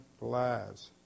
lives